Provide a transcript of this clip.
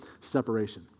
separation